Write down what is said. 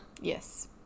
yes